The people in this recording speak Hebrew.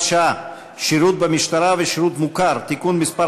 שעה) (שירות במשטרה ושירות מוכר) (תיקון מס'